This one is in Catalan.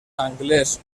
anglès